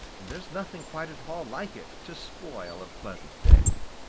there's nothing quite at all like it to spoil a pleasant day.